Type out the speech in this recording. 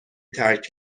ترک